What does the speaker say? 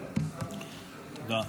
תודה.